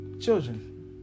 children